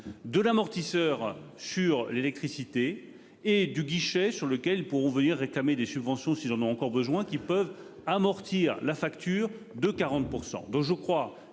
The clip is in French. de l'amortisseur sur l'électricité et du guichet sur lequel pourront venir réclamer des subventions, s'ils en ont encore besoin qui peuvent amortir la facture de 40%